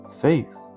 faith